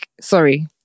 sorry